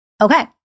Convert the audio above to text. Okay